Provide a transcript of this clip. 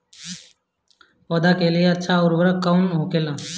पौधा के लिए अच्छा उर्वरक कउन होखेला?